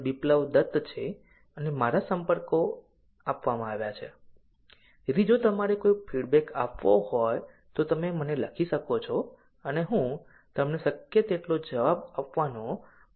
બિપ્લબ દત્ત છે અને મારા સંપર્કો આપવામાં આવ્યા છે જેથી જો તમારે કોઈ ફીડબેક આપવો હોય તો તમે મને લખી શકો અને હું તમને શક્ય તેટલો જવાબ આપવાનો પ્રયત્ન કરીશ